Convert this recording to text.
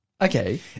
Okay